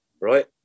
Right